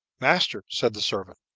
master, said the servant,